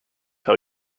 tell